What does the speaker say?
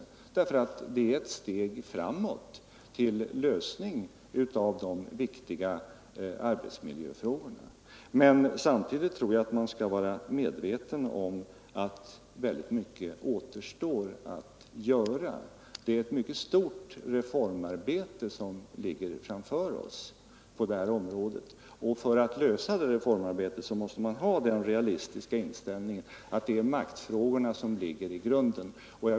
Det är ett steg framåt till lösning av de viktiga arbetsmiljöfrågorna. Men samtidigt tror jag att man skall vara medveten om att mycket återstår att göra. Det är ett mycket stort reformarbete som ligger framför oss på detta område. För att genomföra det reformarbetet måste man ha den realistiska inställningen att det är maktfrågorna som ligger i botten.